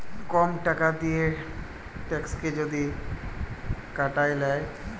কম টাকা দিঁয়ে ট্যাক্সকে যদি কাটায় লেই